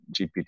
GPT